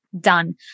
Done